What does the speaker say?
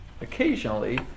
occasionally